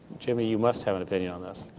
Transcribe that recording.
jimmy, you must have an opinion on this.